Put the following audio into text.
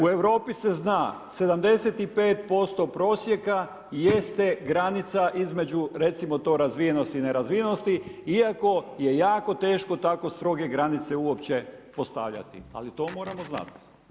U Europi se zna 75% prosjeka jeste granica između, recimo to razvijenosti i nerazvijenosti iako je jako teško tako stroge granice uopće postavljati ali to moramo znati.